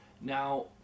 Now